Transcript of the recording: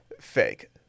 Fake